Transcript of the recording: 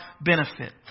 benefit